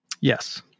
Yes